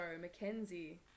Mackenzie